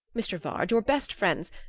mr. vard, your best friends.